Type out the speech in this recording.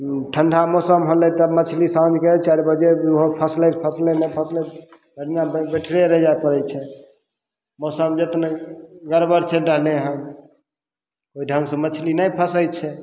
ठण्डा मौसम होलय तब मछली साँझके चारि बजे उहो फसलय तऽ फसलय नहि फसलय भरि दिना बैठले रहि जाइ पड़य छै मौसम जेतने गड़बड़ चलि रहलय हन ओइ ढङ्गसँ मछली नहि फसय छै